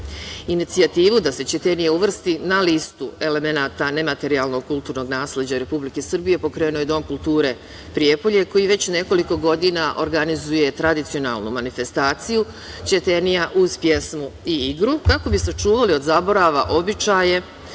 Bošnjaka. Inicijativu da se ćetenija uvrsti na listu elemenata nematerijalnog kulturnog nasleđa Republike Srbije pokrenuo je Dom kulture Prijepolje, koji već nekoliko godina organizuje tradicionalnu manifestaciju „Ćetenija uz pjesmu i igru“, kako bi sačuvali od zaborava običaje